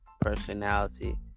personality